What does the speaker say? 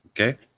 Okay